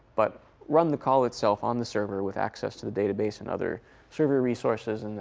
but run the call itself on the server with access to the database and other server resources, and